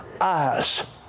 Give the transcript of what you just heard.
eyes